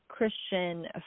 Christian